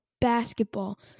basketball